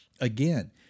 Again